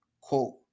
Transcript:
quote